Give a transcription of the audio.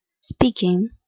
Speaking